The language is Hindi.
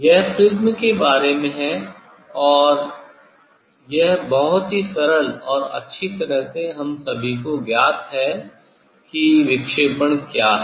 यह प्रिज्म के बारे में है और यह बहुत ही सरल और अच्छी तरह से हम सभी को ज्ञात है कि विक्षेपण क्या है